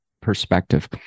perspective